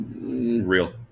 Real